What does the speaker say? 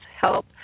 Help